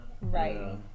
right